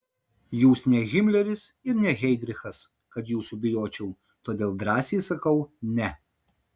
jūs ne himleris ir ne heidrichas kad jūsų bijočiau todėl drąsiai sakau ne